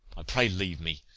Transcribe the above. i pray, leave me.